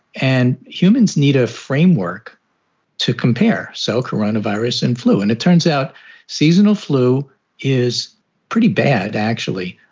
and humans need a framework to compare. so coronavirus and flu and it turns out seasonal flu is pretty bad, actually.